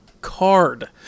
card